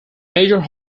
major